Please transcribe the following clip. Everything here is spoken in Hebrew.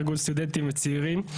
ארגון סטודנטים וצעירים.